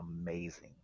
amazing